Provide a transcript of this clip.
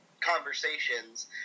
conversations